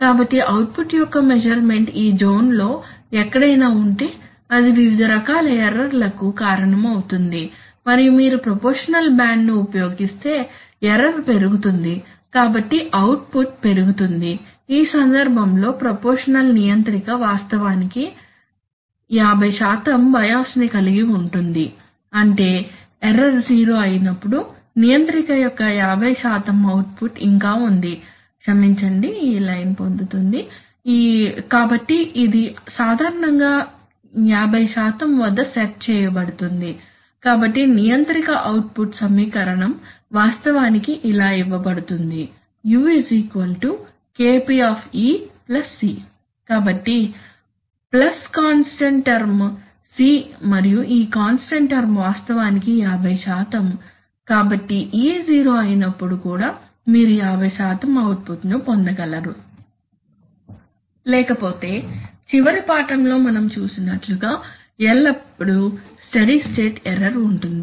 కాబట్టి అవుట్పుట్ యొక్క మెస్సుర్మెంట్ ఈ జోన్లో ఎక్కడైనా ఉంటే అది వివిధ రకాల ఎర్రర్ ల కు కారణం అవుతుంది మరియు మీరు ప్రపోర్షషనల్ బ్యాండ్ను ఉపయోగిస్తే ఎర్రర్ పెరుగుతుంది కాబట్టి అవుట్పుట్ పెరుగుతుంది ఈ సందర్భంలో ప్రపోర్షషనల్ నియంత్రిక వాస్తవానికి 50 బయాస్ ని కలిగి ఉంటుంది అంటే ఎర్రర్ జీరో అయినప్పుడు నియంత్రిక యొక్క 50 అవుట్పుట్ ఇంకా ఉంది క్షమించండి ఈ లైన్ పొందుతుంది కాబట్టి ఇది సాధారణంగా 50 వద్ద సెట్ చేయబడుతుంది కాబట్టి నియంత్రిక అవుట్పుట్ సమీకరణం వాస్తవానికి ఇలా ఇవ్వబడుతుంది u Kp C కాబట్టి ప్లస్ కాన్స్టాంట్ టర్మ్ C మరియు ఈ కాన్స్టాంట్ టర్మ్ వాస్తవానికి 50 కాబట్టి e జీరో అయినప్పుడు కూడా మీరు 50 అవుట్పుట్ ను పొందగలుగుతారు లేకపోతే చివరి పాఠంలో మనం చూసినట్లుగా ఎల్లప్పుడూ స్టడీ స్టేట్ ఎర్రర్ ఉంటుంది